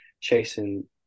chasing